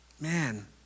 man